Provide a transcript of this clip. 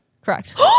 Correct